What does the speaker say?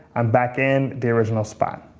i'm back in the original spot.